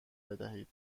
بدهید